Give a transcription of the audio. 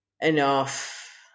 enough